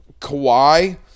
Kawhi